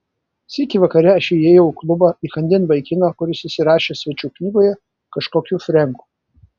sykį vakare aš įėjau į klubą įkandin vaikino kuris įsirašė svečių knygoje kažkokiu frenku